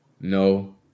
No